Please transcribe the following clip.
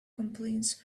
complaints